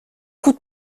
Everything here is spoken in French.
coup